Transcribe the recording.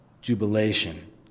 jubilation